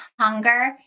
hunger